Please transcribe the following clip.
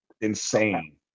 Insane